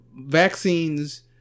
vaccines